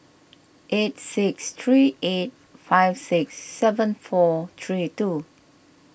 eight six three eight five six seven four three two